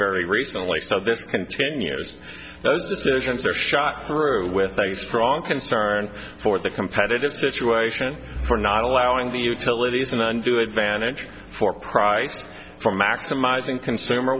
very recently and ten years those decisions are shot through with a strong concern for the competitive situation for not allowing the utilities an undue advantage for price for maximizing consumer